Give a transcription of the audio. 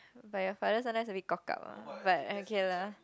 but your father sometimes a bit cock up ah but okay lah